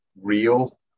real